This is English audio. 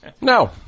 No